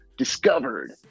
discovered